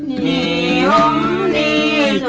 e um a